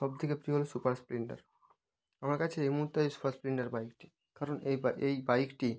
সব থেকে প্রিয় সুপার স্প্লেন্ডার আমার কাছে এই মুহুর্তে আছে সুপার স্প্লেন্ডার বাইকটি কারণ এই বা এই বাইকটি